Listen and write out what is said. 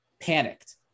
panicked